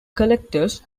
collectors